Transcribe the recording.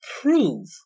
prove